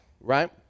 right